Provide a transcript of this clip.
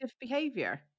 behavior